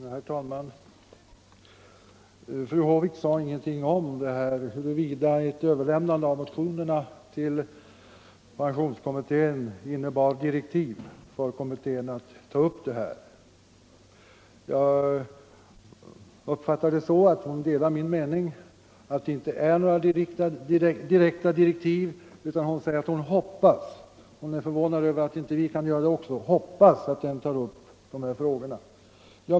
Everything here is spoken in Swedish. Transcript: Herr talman! Fru Håvik sade ingenting om huruvida ett överlämnande av motionerna till pensionskommittén innebar direktiv för kommittén att ta upp dessa frågor. Jag uppfattade det så, att hon delar min mening, att det inte innebär några direkta direktiv. Hon säger att hon hoppas — hon är förvånad över att inte också vi kan göra det — att kommittén tar upp dessa frågor.